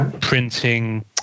printing